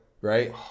right